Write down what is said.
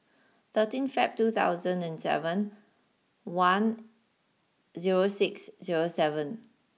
thirteen Feb two thousand and seven one zero six zero seven